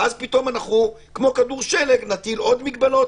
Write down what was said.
ואז פתאום, כמו כדור שלג, נטיל עוד מגבלות?